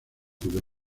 cuyo